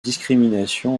discrimination